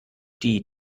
die